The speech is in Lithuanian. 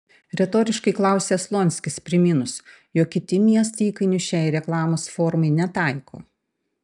retoriškai klausia slonskis priminus jog kiti miestai įkainių šiai reklamos formai netaiko